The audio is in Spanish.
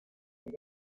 huir